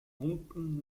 unten